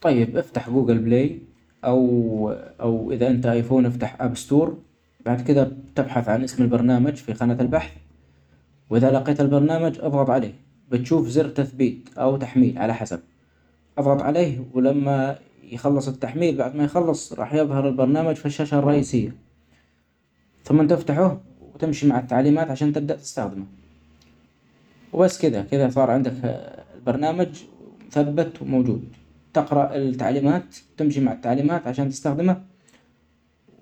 طيب أفتح جوجل بلاي أو -أو إذا أنت أيفون أفتح آب ستور بعد كده تبحث عن اسم البرنامج في خانة البحث وإذا لقيتة البرنامج أظغط عليه بتشوف زر تثبيت او تحميل علي حسب أظغط عليه ولما يخلص التحميل بعد ما يخلص راح يظهر البرنامج في الشاشة الرئيسيه ثمن تفتحه وتمشي مع التعليمات عشان تبدأ تستخدمة وبس كده كده صار عندك البرنامج ومثبت وموجود تقرأالتعليمات تمشي مع التعليمات عشان تستخدمة